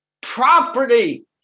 property